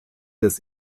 des